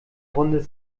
runde